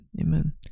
Amen